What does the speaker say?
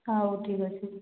ହେଉ ଠିକ ଅଛି